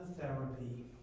therapy